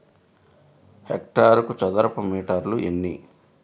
హెక్టారుకు చదరపు మీటర్లు ఎన్ని?